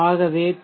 ஆகவே பி